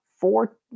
four